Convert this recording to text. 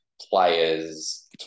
players